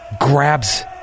grabs